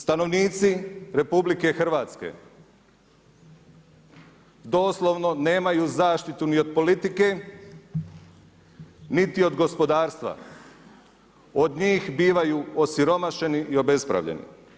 Stanovnici RH, doslovno nemaju zaštitu ni od politike niti od gospodarstva, od njih bivaju osiromašeni i obespravljeni.